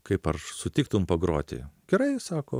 kaip ar sutiktum pagroti gerai sako